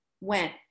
went